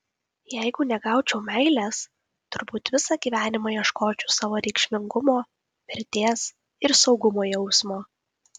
jeigu negaučiau meilės turbūt visą gyvenimą ieškočiau savo reikšmingumo vertės ir saugumo jausmo